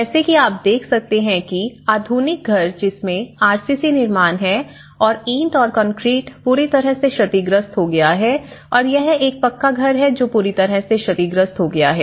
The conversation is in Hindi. जैसे कि आप देख सकते हैं कि आधुनिक घर जिसमें आरसीसी निर्माण है और ईंट और कंक्रीट पूरी तरह से क्षतिग्रस्त हो गया है और यह एक पक्का घर है जो पूरी तरह से क्षतिग्रस्त हो गया है